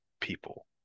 People